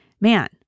man